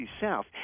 South